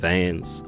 Fans